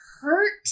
hurt